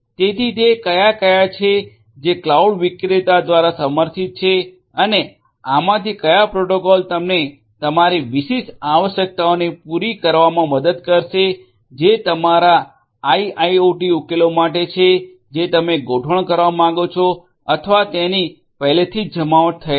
તેથી તે કયા કયા છે જે ક્લાઉડ વિક્રેતા દ્વારા સમર્થિત છે અને આમાંથી કયા પ્રોટોકોલ તમને તમારી વિશિષ્ટ આવશ્યકતાઓને પૂરા કરવામાં મદદ કરશે જે તમારા આઇઆઇઓટી ઉકેલો માટે છે જે તમે ગોઠવણ કરવા માંગો છો અથવા તેની પહેલેથી જ જમાવટ થયેલ છે